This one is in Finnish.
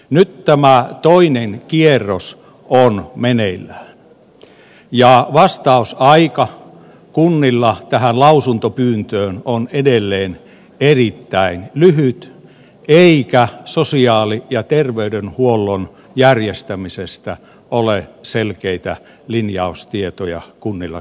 nyt tämä toinen kierros on meneillään ja vastausaika kunnilla tähän lausuntopyyntöön on edelleen erittäin lyhyt eikä sosiaali ja terveydenhuollon järjestämisestä ole selkeitä linjaustietoja kunnilla käytettävissä